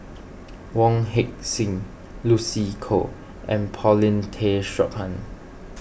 Wong Heck Sing Lucy Koh and Paulin Tay Straughan